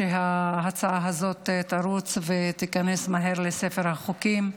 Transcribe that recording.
שההצעה הזאת תרוץ ותיכנס מהר לספר החוקים,